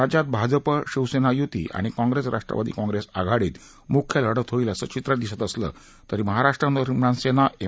राज्यात भाजपा शिवसेना युती आणि काँप्रेस राष्ट्रवादी काँप्रेस आघाडीत मुख्य लढत होईल असं चित्र दिसत असलं तरी महाराष्ट्र नवनिर्माण सेना एम